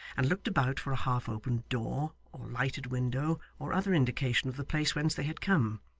and looked about for a half-opened door, or lighted window, or other indication of the place whence they had come.